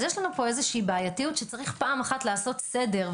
אז יש פה בעייתיות שצריך פעם אחת לעשות סדר.